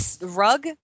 rug